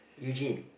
Eugene